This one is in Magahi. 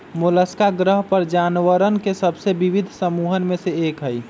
मोलस्का ग्रह पर जानवरवन के सबसे विविध समूहन में से एक हई